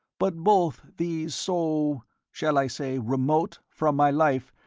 but both these so shall i say remote from my life,